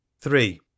three